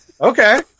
okay